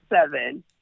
seven